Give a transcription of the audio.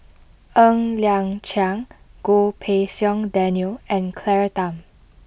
Ng Liang Chiang Goh Pei Siong Daniel and Claire Tham